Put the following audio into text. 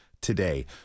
today